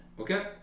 Okay